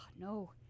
no